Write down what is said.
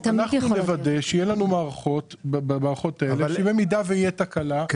אנחנו נוודא שיהיו לנו במערכות האלה שבמידה ותהיה תקלה,